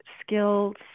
skills